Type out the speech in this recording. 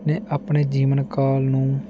ਨੇ ਆਪਣੇ ਜੀਵਨ ਕਾਲ ਨੂੰ